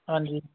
ਹਾਂਜੀ